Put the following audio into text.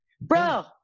bro